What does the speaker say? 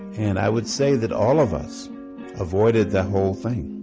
and i would say that all of us avoided that whole thing.